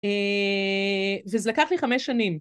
וזה לקח לי חמש שנים.